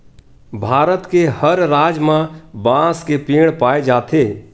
भारत के हर राज म बांस के पेड़ पाए जाथे